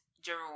Jerome